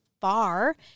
far